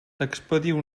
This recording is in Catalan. expediu